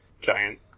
giant